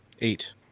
Eight